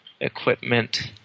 Equipment